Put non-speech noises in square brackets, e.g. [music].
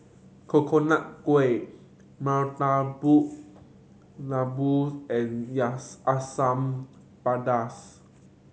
Coconut Kuih Murtabak Lembu and [unintelligible] Asam Pedas